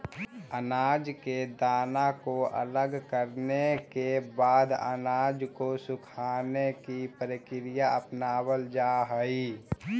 अनाज के दाना को अलग करने के बाद अनाज को सुखाने की प्रक्रिया अपनावल जा हई